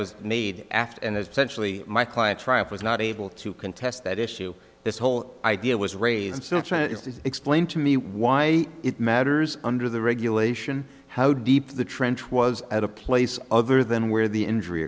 was made after and as potentially my client triumph was not able to contest that issue this whole idea was raised still trying to explain to me why it matters under the regulation how deep the trench was at a place other than where the injury